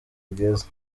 bwiza